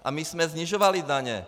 A my jsme snižovali daně.